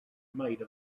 made